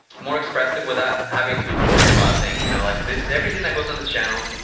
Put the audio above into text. more expressive without having to worry about things, you know? like, this everything that goes on this channel,